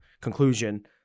conclusion